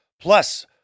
Plus